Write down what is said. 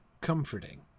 comforting